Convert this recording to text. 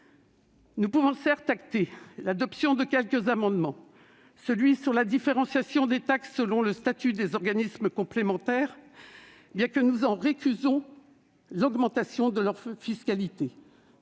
Nous pouvons certes acter l'adoption de quelques amendements : la différenciation des taxes selon le statut des organismes complémentaires, même si nous récusons l'augmentation de leur fiscalité